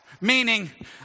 meaning